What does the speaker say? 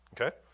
okay